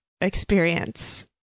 experience